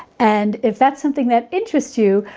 and if that's something that interests you,